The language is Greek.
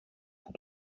που